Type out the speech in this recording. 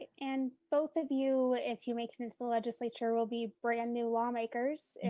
and both of you, if you make it into the legislature will be brand new lawmakers.